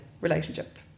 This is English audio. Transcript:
Relationship